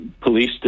police